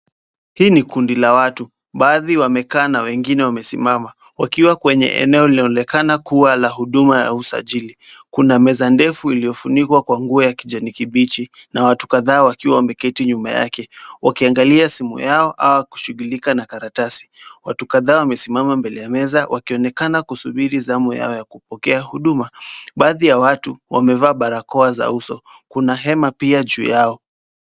Hili ni kundi la watu, baadhi wamekaa na wengine wamesimama, wakiwa kwenye eneo linaloonekana kuwa la huduma ya usajili, kuna meza ndefu iliyofunikwa kwa nguo ya kijani kibichi na watu kadha wakiwa wameketi nyuma yake, wakiangalia simu yao au kushughulika na karatasi. Watu kadha wamesimama mbele ya meza wakionekana kusubiri zamu yao ya kupokea huduma. Baadhi ya watu wamevaa barakoa za uso, kuna hema pia juu yao.